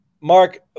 Mark